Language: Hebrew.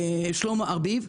שלמה ארביב.